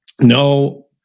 No